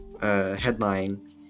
headline